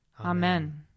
Amen